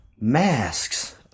masks